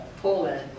Poland